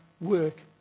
work